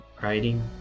writing